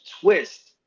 twist